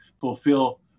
fulfill